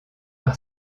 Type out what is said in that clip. par